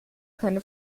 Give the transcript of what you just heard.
keine